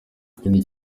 ikindi